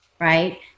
right